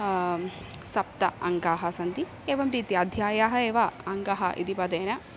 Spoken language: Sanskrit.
सप्त अङ्काः सन्ति एवं रीत्या अध्यायाः एव अङ्गः इति पदेन